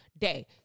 day